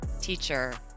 teacher